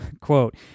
quote